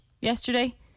yesterday